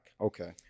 okay